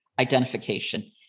identification